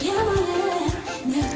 you know